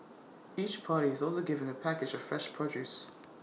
each party is also given A package of fresh produce